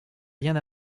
rien